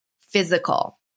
physical